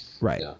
Right